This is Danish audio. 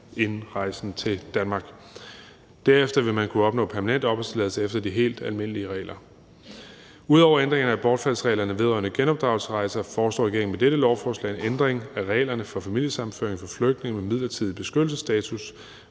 genindrejsen til Danmark. Derefter vil man kunne opnå permanent opholdstilladelse efter de helt almindelige regler. Ud over ændringerne af bortfaldsreglerne vedrørende genopdragelsesrejser foreslår regeringen med dette lovforslag en ændring af reglerne for familiesammenføring for flygtninge med midlertidig beskyttelsesstatus.